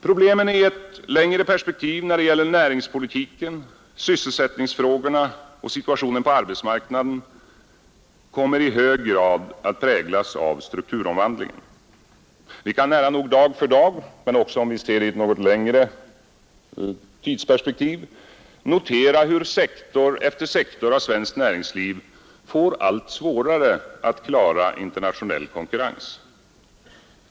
Problemen i ett längre perspektiv när det gäller näringspolitiken, sysselsättningsfrågorna och situationen på arbetsmarknaden kommer i hög grad att präglas av strukturomvandlingen. Vi kan nära nog dag för dag — men också om vi ser på en något längre tidsrymd — notera hur sektor efter sektor av svenskt näringsliv får allt svårare att klara internationell konkurrens.